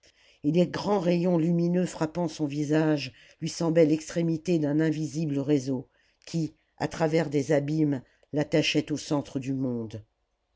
et les grands rayons lumineux frappant son visage lui semblaient l'extrémité d'un invisible réseau qui à travers des abîmes l'attachait au centre du monde